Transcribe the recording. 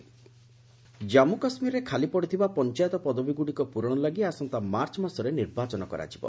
JK panchayat poll Jammu କାଶ୍ମୀରରେ ଖାଲି ପଡ଼ିଥିବା ପଞ୍ଚାୟତ ପଦବୀଗୁଡ଼ିକ ପୂରଣ ଲାଗି ଆସନ୍ତା ମାର୍ଚ୍ଚ ମାସରେ ନିର୍ବାଚନ କରାଯିବ